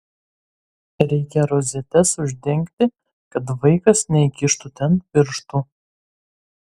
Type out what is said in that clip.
reikia rozetes uždengti kad vaikas neįkištų ten pirštų